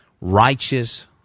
righteous